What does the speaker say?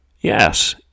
yes